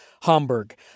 Hamburg